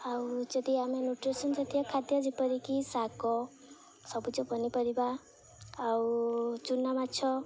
ଆଉ ଯଦି ଆମେ ନ୍ୟୁଟ୍ରିସନ ଜାତୀୟ ଖାଦ୍ୟ ଯେପରିକି ଶାଗ ସବୁଜ ପନିପରିବା ଆଉ ଚୁନାମାଛ